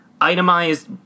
itemized